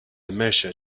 measure